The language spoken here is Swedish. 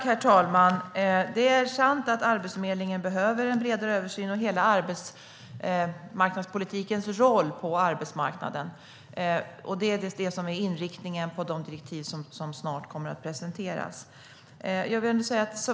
Herr talman! Det är sant att Arbetsförmedlingen och hela arbetsmarknadspolitikens roll på arbetsmarknaden behöver en bredare översyn, och det är det som är inriktningen på de direktiv som snart kommer att presenteras.